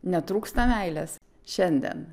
netrūksta meilės šiandien